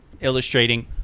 illustrating